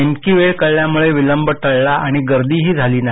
नेमकी वेळ त्यांना कळल्यामूळे विलंब टळला आणि गर्दीही झाली नाही